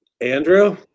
Andrew